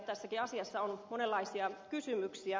tässäkin asiassa on monenlaisia kysymyksiä